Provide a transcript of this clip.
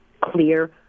clear